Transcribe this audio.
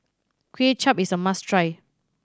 Kway Chap is a must try